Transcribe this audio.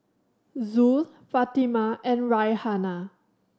Zul Fatimah and Raihana